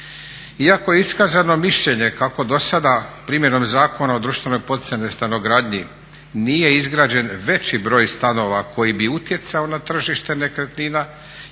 Iako je iskazano mišljenje kako dosada primjenom Zakona o društveno poticajnoj stanogradnji nije izgrađen veći broj stanova koji bi utjecao na tržište nekretnina